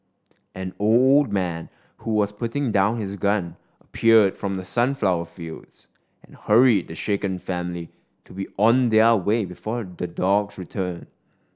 an old man who was putting down his gun appeared from the sunflower fields and hurried the shaken family to be on their way before the dogs return